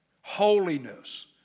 Holiness